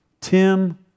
Tim